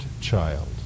child